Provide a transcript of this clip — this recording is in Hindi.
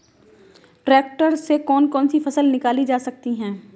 ट्रैक्टर से कौन कौनसी फसल निकाली जा सकती हैं?